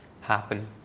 happen